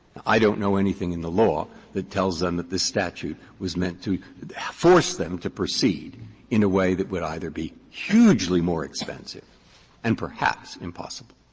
i don't know anything in the law that tells them that this statute was meant to force them to proceed in a way that would either be hugely more expensive and perhaps impossible.